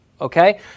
okay